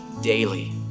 daily